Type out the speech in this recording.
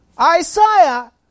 Isaiah